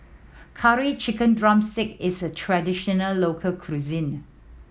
Curry Chicken drumstick is a traditional local cuisine